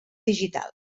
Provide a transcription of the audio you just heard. digital